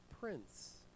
prince